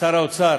לשר האוצר